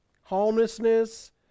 Homelessness